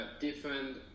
different